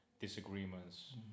disagreements